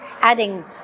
adding